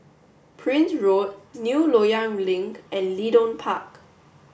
Prince Road New Loyang Link and Leedon Park